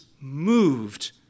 moved